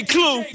Clue